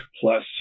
plus